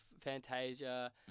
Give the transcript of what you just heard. Fantasia